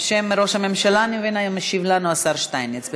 בשם ראש הממשלה, אני מבינה, משיב לנו השר שטייניץ.